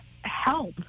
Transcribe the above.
help